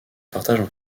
partagent